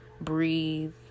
breathe